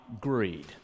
greed